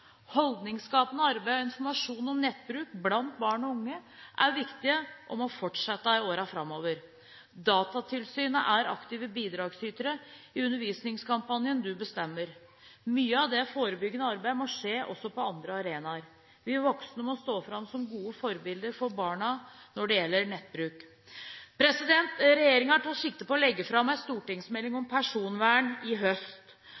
Holdningsskapende arbeid og informasjon om nettbruk blant barn og unge er viktig og må fortsette i årene framover. Datatilsynet er aktiv bidragsyter i undervisningskampanjen Du bestemmer. Mye av det forebyggende arbeidet må også skje på andre arenaer. Vi voksne må stå fram som gode forbilder for barna når det gjelder nettbruk. Regjeringen tar sikte på å legge fram en stortingsmelding om personvern i høst.